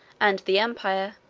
and the empire,